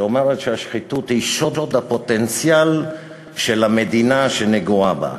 שאומרת שהשחיתות היא שוד הפוטנציאל של המדינה שנגועה בה.